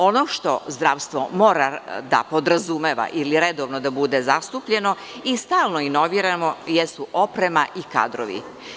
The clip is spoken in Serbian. Ono što zdravstvo mora da podrazumeva ili redovno da bude zastupljeno i stalno inovirano jesu oprema i kadrovi.